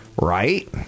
Right